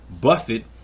Buffett